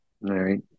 right